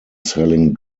selling